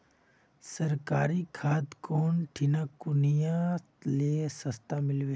सरकारी खाद कौन ठिना कुनियाँ ले सस्ता मीलवे?